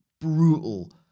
brutal